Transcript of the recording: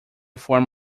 form